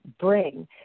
bring